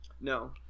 No